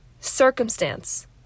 circumstance